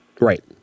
Right